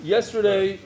Yesterday